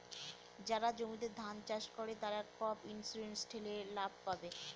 যারা জমিতে ধান চাষ করে, তারা ক্রপ ইন্সুরেন্স ঠেলে লাভ পাবে